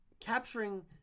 capturing